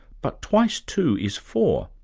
but twice two is four,